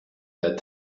that